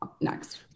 next